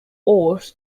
oars